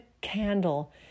candle